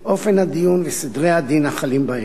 אופן הדיון וסדרי הדין החלים בהם.